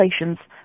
Relations